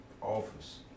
office